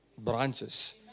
branches